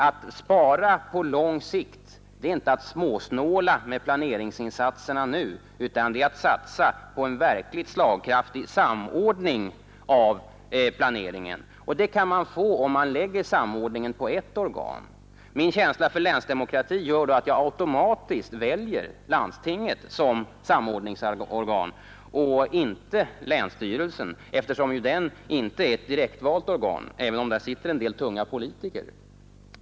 Att spara på lång sikt är inte att nu småsnåla med planeringsinsatserna, utan det är att satsa på en verkligt slagkraftig samordning av planeringen. Det kan man få, om man lägger samordningen på ett organ. Min känsla för länsdemokrati gör då att jag automatiskt väljer landstinget som samordningsorgan och inte länsstyrelsen, eftersom den inte är ett direktvalt organ, även om där sitter en del tunga politiker.